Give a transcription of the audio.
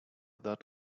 that